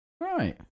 Right